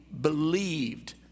believed